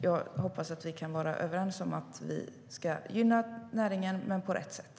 Jag hoppas att vi kan vara överens om att vi ska gynna näringen, men på rätt sätt.